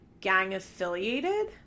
gang-affiliated